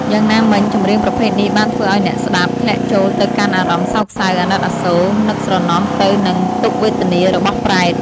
យ៉ាងណាមិញ ចម្រៀងប្រភេទនេះបានធ្វើឲ្យអ្នកស្តាប់ធ្លាក់ចូលទៅកាន់អារម្មណ៍សោកសៅ អាណិតអាសូរ នឹកស្រណោះទៅនឹងទុក្ខវេទនារបស់ប្រេត។